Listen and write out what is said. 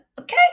okay